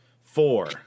Four